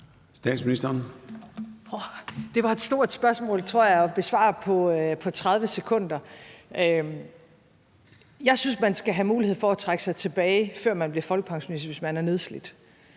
Frederiksen): Det var et stort spørgsmål, tror jeg, at besvare på 30 sekunder. Jeg synes, at man skal have mulighed for at trække sig tilbage, før man bliver folkepensionist, hvis man er nedslidt.